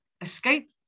escape